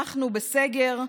אנחנו בסגר,